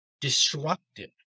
destructive